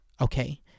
okay